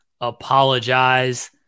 Apologize